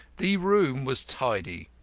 the room was tidy.